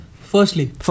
Firstly